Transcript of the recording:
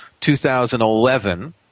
2011